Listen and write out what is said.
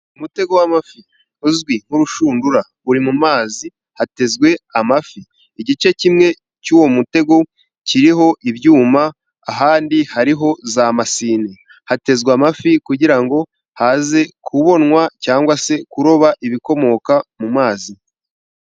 Umutego w'amafi uzwi nk'urushundura uri mu mazi. Hatezwe amafi. Igice kimwe cy'uwo mutego kiriho ibyuma, ahandi hariho za masine. Hatezwe amafi kugira ngo haze kubonwa cyangwa se kuroba ibikomoka mu mazi.